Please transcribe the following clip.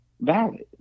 valid